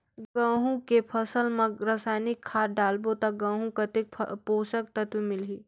गंहू के फसल मा रसायनिक खाद डालबो ता गंहू कतेक पोषक तत्व मिलही?